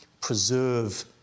preserve